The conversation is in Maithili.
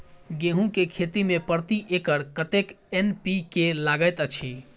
गेंहूँ केँ खेती मे प्रति एकड़ कतेक एन.पी.के लागैत अछि?